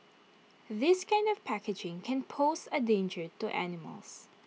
this kind of packaging can pose A danger to animals